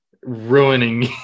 Ruining